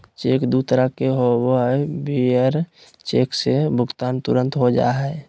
cheque दू तरह के होबो हइ, बियरर चेक से भुगतान तुरंत हो जा हइ